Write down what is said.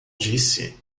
disse